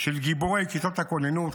של גיבורי כיתות הכוננות,